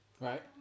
Right